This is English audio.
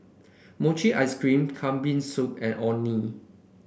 Mochi Ice Cream Kambing Soup and Orh Nee